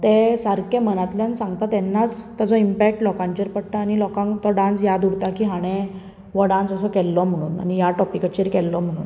तें सारकें मनातल्यान सांगता तेन्नाच ताचो इमपॅक्ट लोकांचेर पडटा आनी लोकांक तो डान्स याद उरता की हाणें हो डान्स असो केल्लो म्हणून आनी ह्या टोपिकाचेर केल्लो म्हुणून